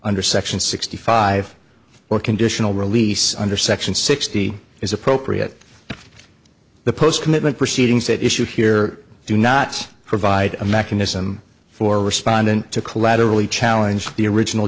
under section sixty five or conditional release under section sixty is appropriate to the post commitment proceedings that issue here do not provide a mechanism for respondent to collaterally challenge the original